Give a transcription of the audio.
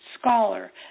scholar